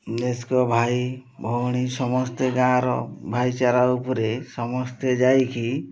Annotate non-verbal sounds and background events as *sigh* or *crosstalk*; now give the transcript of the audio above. *unintelligible* ଭାଇ ଭଉଣୀ ସମସ୍ତେ ଗାଁର ଭାଇଚାରା ଉପରେ ସମସ୍ତେ ଯାଇକି